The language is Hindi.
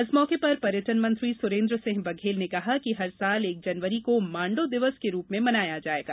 इस मौके पर पर्यटन मंत्री सुरेन्द्र सिंह बघेल ने कहा कि प्रतिवर्ष एक जनवरी को मांडव दिवस के रूप में मनाया जायेगा